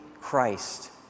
Christ